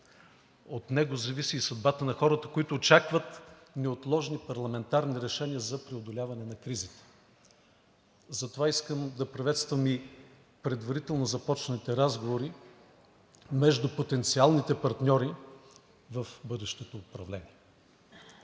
От него зависи и съдбата на хората, които очакват неотложни парламентарни решения за преодоляване на кризите. Затова искам да приветствам и предварително започнатите разговори между потенциалните партньори в бъдещото управление.